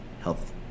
health